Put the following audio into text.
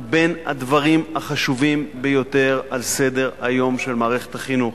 הוא בין הדברים החשובים ביותר על סדר-היום של מערכת החינוך,